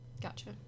Gotcha